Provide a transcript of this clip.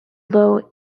though